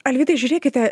alvydai žiūrėkite